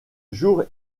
jour